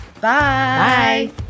Bye